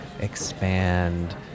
expand